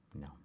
No